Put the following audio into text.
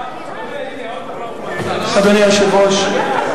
אדוני היושב-ראש,